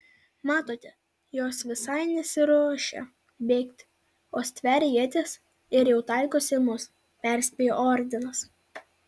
matote jos visai nesiruošia bėgti o stveria ietis ir jau taikosi į mus perspėjo ordinas